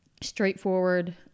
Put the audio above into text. straightforward